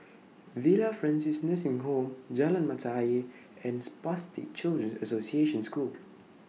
Villa Francis Nursing Home Jalan Mata Ayer and Spastic Children's Association School